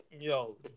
yo